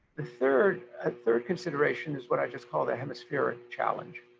the third ah third consideration is what i just called the hemispheric challenge.